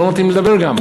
הם לא נותנים לדבר גם.